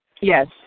Yes